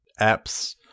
apps